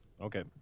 Okay